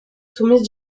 soumises